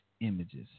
images